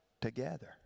together